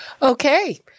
Okay